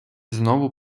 знов